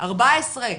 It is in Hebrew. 14,